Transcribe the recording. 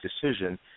decision